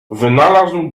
wynalazł